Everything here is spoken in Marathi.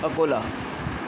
अकोला